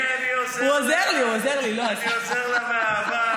אני עוזר לה מאהבה.